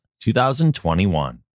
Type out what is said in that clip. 2021